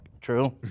True